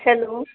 hello